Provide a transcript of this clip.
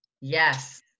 Yes